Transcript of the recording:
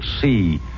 see